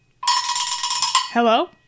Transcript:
Hello